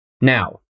Now